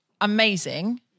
amazing